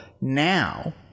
now